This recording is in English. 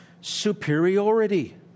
superiority